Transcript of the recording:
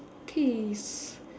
okay s~